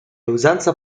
usanza